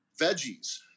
veggies